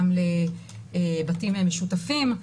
גם לבתים משותפים.